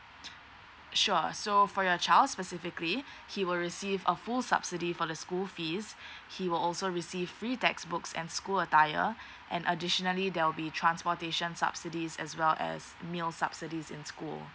sure so for your child specifically he will receive a full subsidy for the school fees he will also receive free textbooks and school attire and additionally there'll be transportation subsidies as well as meal subsidies in school